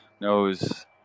knows